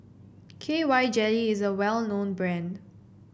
K Y Jelly is a well known brand